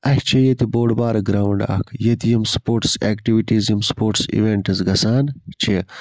اَسہِ چھ ییٚتہِ بوٚڈ بارٕ گراوُنٛڈ اکھ ییٚتہِ یِم سپوٹس ایٚکٹِوِٹیٖز یِم سپوٹس اِویٚنٹس گَژھان چھِ